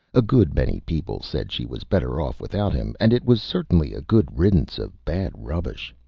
a good many people said she was better off without him, and it was certainly a good riddance of bad rubbish.